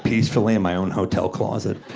peacefully in my own hotel closet.